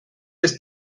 ist